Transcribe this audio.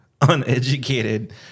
uneducated